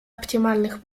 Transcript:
оптимальных